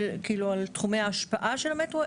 על תחומי ההשפעה של מהטרו,